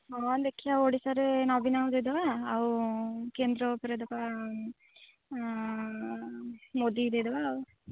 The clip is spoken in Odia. ହଁ ଦେଖିବା ଓଡ଼ିଶାରେ ନବୀନକୁ ଦେଇଦେବା ଆଉ କେନ୍ଦ୍ର ଉପରେ ଦେବା ମୋଦିକି ଦେଇଦେବା ଆଉ